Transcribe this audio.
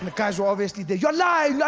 and guys where obviously there you're lying,